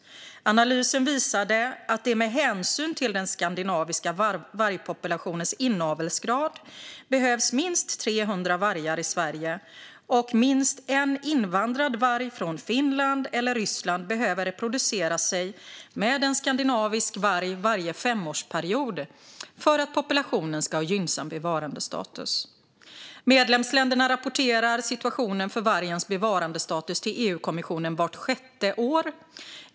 Analysen visade att det med hänsyn till den skandinaviska vargpopulationens inavelsgrad behövs minst 300 vargar i Sverige, och minst en invandrad varg från Finland eller Ryssland behöver reproducera sig med en skandinavisk varg varje femårsperiod för att populationen ska ha gynnsam bevarandestatus. Medlemsländerna rapporterar situationen för vargens bevarandestatus till EU-kommissionen vart sjätte år.